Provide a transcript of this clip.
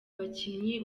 bakinnyi